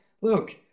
look